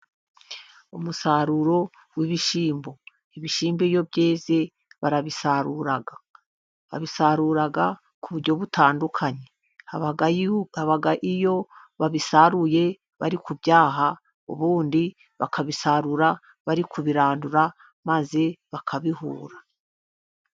Umusaruro w'ibishyimbo, ibishyimbo iyo byeze barabisarura, babisarura ku buryo butandukanye, hababaho iyo babisaruye bari ku byaha, ubundi bakabisarura bari kubirandura maze bakabihura.